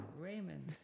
Raymond